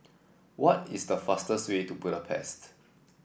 what is the fastest way to Budapest